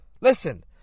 Listen